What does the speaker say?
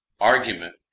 Argument